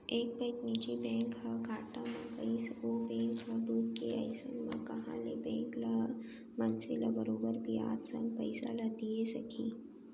एक पइत निजी बैंक ह घाटा म गइस ओ बेंक ह डूबगे अइसन म कहॉं ले बेंक ह मनसे ल बरोबर बियाज संग पइसा ल दिये सकही